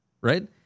right